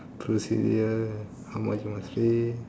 procedure how much you must pay